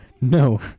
No